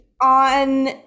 on